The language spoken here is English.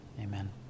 amen